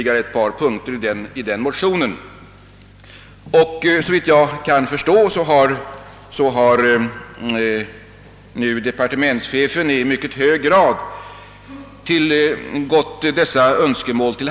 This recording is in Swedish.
Såvitt jag förstår har departementschefen i mycket hög grad tillmötesgått dessa önskemål. På sid.